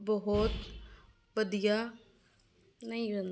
ਬਹੁਤ ਵਧੀਆ